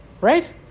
right